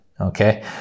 okay